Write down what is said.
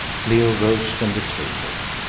leo rose from the table.